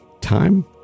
time